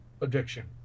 addiction